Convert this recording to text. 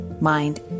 mind